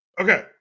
Okay